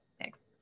thanks